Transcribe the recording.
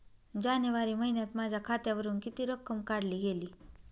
जानेवारी महिन्यात माझ्या खात्यावरुन किती रक्कम काढली गेली?